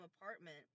apartment